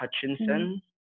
Hutchinson